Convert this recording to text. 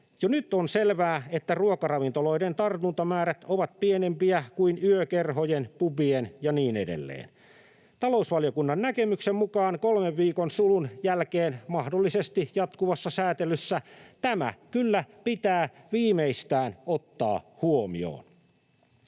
Jo nyt on selvää, että ruokaravintoloiden tartuntamäärät ovat pienempiä kuin yökerhojen, pubien ja niin edelleen. Talousvaliokunnan näkemyksen mukaan kolmen viikon sulun jälkeen mahdollisesti jatkuvassa sääntelyssä tämä kyllä viimeistään pitää ottaa huomioon.